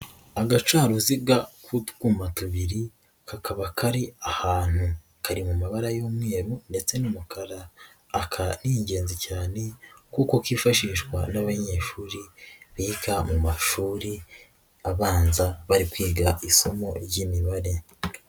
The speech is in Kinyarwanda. Agacaruziga k'utwuma tubiri kakaba kari ahantu, kari mu mabara y'umweru ndetse n'umukara. Aka ni ingenzi cyane kuko kifashishwa n'abanyeshuri biga mu mashuri abanza bari kwiga isomo ry'imibare.